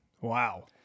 Wow